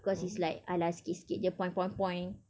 because it's like !alah! sikit-sikit jer point point point